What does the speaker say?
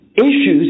Issues